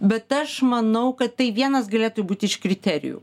bet aš manau kad tai vienas galėtų būti iš kriterijų